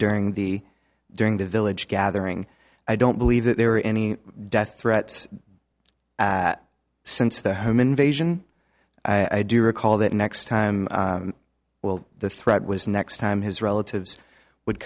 during the during the village gathering i don't believe that there were any death threats at since the home invasion i do recall that next time will the threat was next time his relatives would